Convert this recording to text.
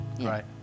Right